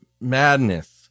Madness